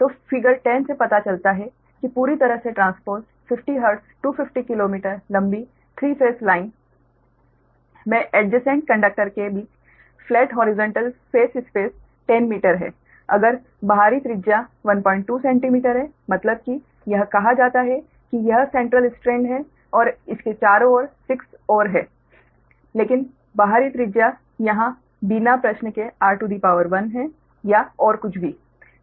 तो फिगर 10 से पता चलता है कि पूरी तरह से ट्रांसपोस्ड 50 हर्ट्ज 250 किलोमीटर लंबी 3 फेज लाइन50 hertz 250 kilometer long 3 phase line में एड्जेसेंट कंडक्टर के बीच flat horizontal phase space 10 metre है अगर बाहरी त्रिज्या 12 सेंटीमीटर है मतलब कि यह कहा जाता है कि यह सेंट्रल स्ट्रैंड है और इसके चारों ओर 6 और हैं लेकिन बाहरी त्रिज्या यहां बिना प्रश्न के r है या और कुछ भी